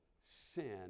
sin